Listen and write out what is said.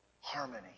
harmony